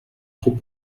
trop